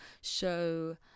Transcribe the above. show